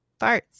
Farts